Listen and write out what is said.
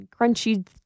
crunchy